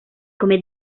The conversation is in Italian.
come